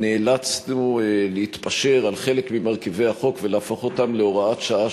נאלצנו להתפשר על חלק ממרכיבי החוק ולהפוך אותם להוראת שעה,